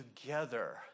together